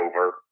over